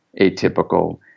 atypical